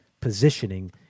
positioning